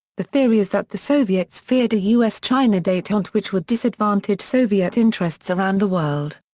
the theory is that the soviets feared a u s china detente which would disadvantage soviet interests around the world.